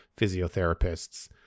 physiotherapists